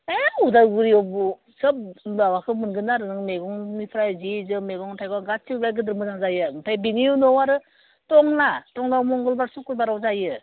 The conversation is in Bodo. हे उदालगुरियाव सोब माबाखौ मोनगोन आरो मैगंनिफ्राय सि जोम मैगं थाइगं गासैबो गिदिर मोजां जायो ओमफ्राय बेनि उनाव आरो टंलायाव मंगलबार सुक्रबाराव जायो